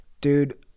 Dude